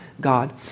God